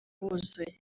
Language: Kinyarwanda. huzuye